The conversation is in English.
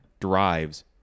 drives